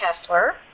Kessler